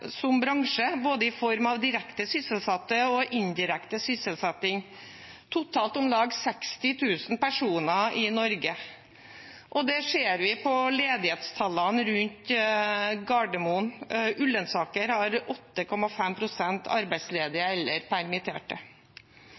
som bransje, i form av både direkte sysselsatte og indirekte sysselsetting, totalt om lag 60 000 personer i Norge. Det ser vi på ledighetstallene rundt Gardermoen. Ullensaker har 8,5 pst. arbeidsledige eller permitterte.